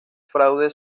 fraude